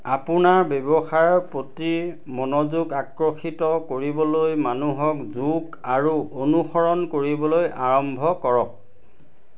আপোনাৰ ব্যৱসায়ৰ প্ৰতি মনোযোগ আকৰ্ষিত কৰিবলৈ মানুহক যোগ আৰু অনুসৰণ কৰিবলৈ আৰম্ভ কৰক